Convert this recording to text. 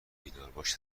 بیدارباش